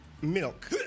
milk